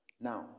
now